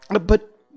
But